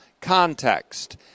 context